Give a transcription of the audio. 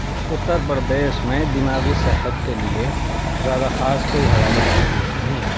اتر پردیش میں دماغی صحت کے لیے زیادہ خاص کوئی حوالے موجود نہیں ہیں